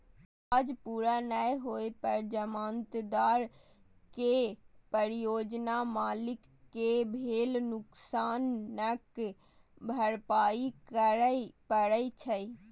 काज पूरा नै होइ पर जमानतदार कें परियोजना मालिक कें भेल नुकसानक भरपाइ करय पड़ै छै